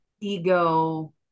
ego